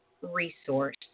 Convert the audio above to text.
resource